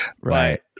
Right